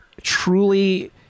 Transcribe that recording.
truly